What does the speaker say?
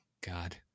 God